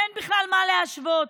אין בכלל מה להשוות.